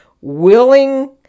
willing